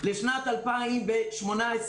לשנת 2018,